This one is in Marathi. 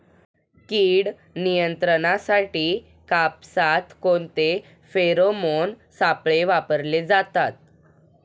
कीड नियंत्रणासाठी कापसात कोणते फेरोमोन सापळे वापरले जातात?